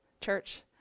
church